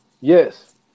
Yes